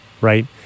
right